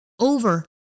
over